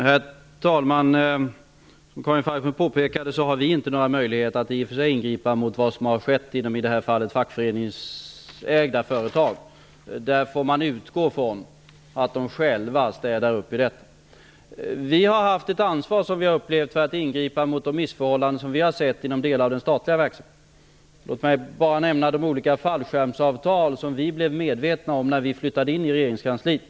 Herr talman! Som Karin Falkmer påpekade har vi inte någon möjlighet att ingripa mot vad som har skett i det här fallet i fackföreningsägda företag. Där får man utgå från att de själva städar upp. Vi har haft ett ansvar för att ingripa mot de missförhållanden vi har sett inom den statliga verksamheten. Låt mig nämna de fallskärmsavtal vi blev medvetna om när vi flyttade in i regeringskansliet.